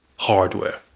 hardware